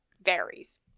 varies